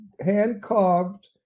hand-carved